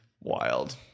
wild